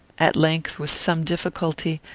at length, with some difficulty,